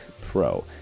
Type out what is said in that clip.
Pro